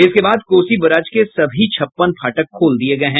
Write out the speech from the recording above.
इसके बाद कोसी बराज के सभी छप्पन फाटक खोल दिए गए हैं